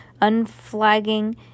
Unflagging